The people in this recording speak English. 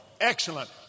excellent